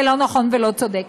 זה לא נכון ולא צודק,